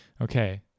Okay